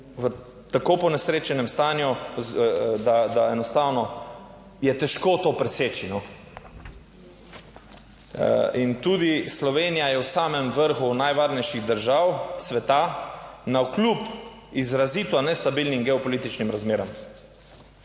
v tako ponesrečenem stanju, da enostavno je težko to preseči. In tudi Slovenija je v samem vrhu najvarnejših držav sveta, navkljub izrazito nestabilnim geopolitičnim razmeram.